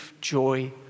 joy